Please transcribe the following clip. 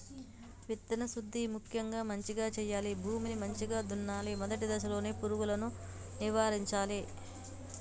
విత్తన శుద్ధి ముక్యంగా మంచిగ చేయాలి, భూమిని మంచిగ దున్నలే, మొదటి దశలోనే పురుగులను నివారించాలే